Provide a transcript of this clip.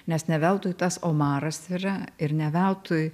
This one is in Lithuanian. nes ne veltui tas omaras yra ir ne veltui